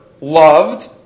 loved